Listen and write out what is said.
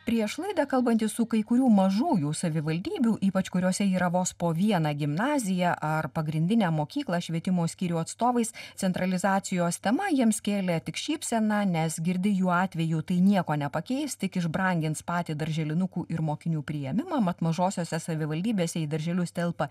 prieš laidą kalbantis su kai kurių mažųjų savivaldybių ypač kuriose yra vos po vieną gimnaziją ar pagrindinę mokyklą švietimo skyrių atstovais centralizacijos tema jiems kėlė tik šypseną nes girdi jų atveju tai nieko nepakeis tik iš brangins patį darželinukų ir mokinių priėmimą mat mažosiose savivaldybėse į darželius telpa